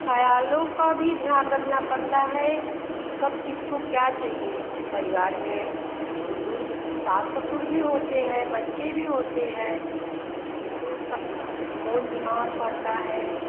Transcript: ख़यालों का भी ध्यान रखना पड़ता है कि कब किसको क्या चाहिए परिवार में बुज़ुर्ग सास ससुर भी होते हैं बच्चे भी होते हैं तो सब कौन बीमार पड़ता है